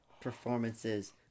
performances